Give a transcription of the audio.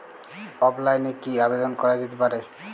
অফলাইনে কি আবেদন করা যেতে পারে?